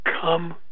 come